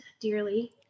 dearly